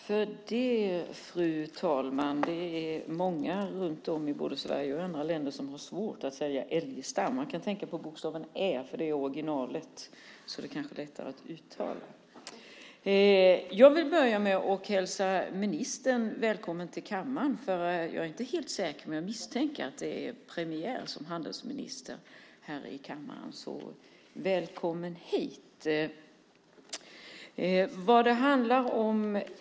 Fru talman! Jag vill börja med att hälsa ministern välkommen till kammaren. Jag är inte helt säker, men jag misstänker att det är premiär för henne som handelsminister här i kammaren: Välkommen hit!